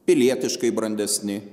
pilietiškai brandesni